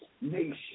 nation